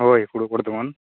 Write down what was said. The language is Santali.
ᱦᱳᱭ ᱯᱩᱨᱵᱚ ᱵᱚᱨᱫᱷᱚᱢᱟᱱ